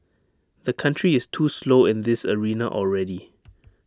the country is too slow in this arena already